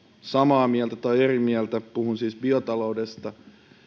samaa mieltä tai eri mieltä puhun siis biotaloudesta